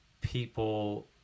People